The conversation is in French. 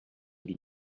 lui